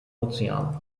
ozean